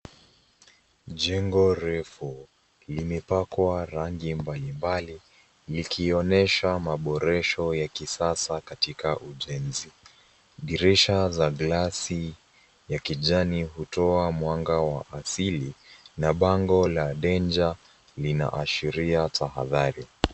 Jengo refu limepakwa rangi mbalimbali ikionyeshwa maboresho ya kisasa katika ujenzi ,dirisha za glasi ya kijani hutoa mwanga wa asili na bango la danger linaashiria tahadhari.